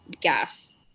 gas